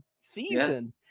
season